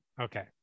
Okay